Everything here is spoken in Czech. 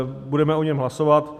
Budeme o něm hlasovat.